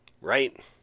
right